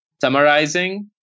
Summarizing